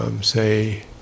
say